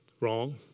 Wrong